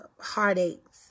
heartaches